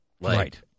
Right